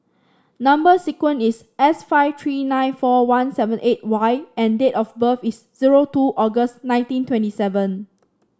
number sequence is S five three nine four one seven eight Y and date of birth is zero two August nineteen twenty seven